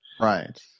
Right